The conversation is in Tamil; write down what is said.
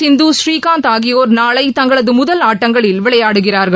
பி வி சிந்து ஸ்ரீகாந்த் ஆகியோர் நாளை தங்களது முதல் ஆட்டங்களில் விளையாடுகிறார்கள்